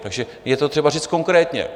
Takže je to třeba říct konkrétně!